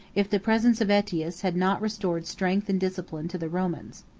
if the presence of aetius had not restored strength and discipline to the romans.